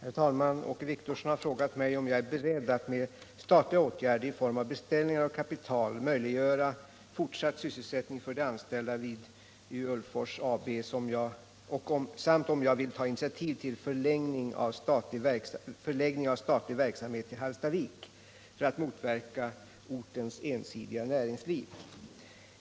Herr talman! Åke Wictorsson har frågat mig om jag är beredd att med statliga åtgärder i form av beställningar och kapital möjliggöra fortsatt sysselsättning för de anställda vid H. Ulvfors AB samt om jag vill ta initiativ till förläggning av statlig verksamhet till Hallstavik för att motverka ortens ensidiga näringsliv.